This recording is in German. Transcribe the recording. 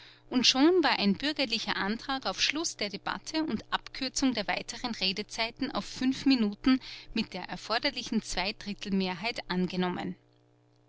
und schon war ein bürgerlicher antrag auf schluß der debatte und abkürzung der weiteren redezeiten auf fünf minuten mit der erforderlichen zweidrittelmehrheit angenommen